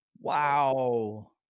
Wow